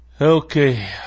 okay